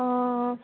অঁ